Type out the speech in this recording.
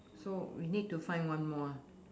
so we need to find one more ah